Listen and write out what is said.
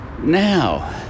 now